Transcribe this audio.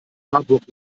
marburg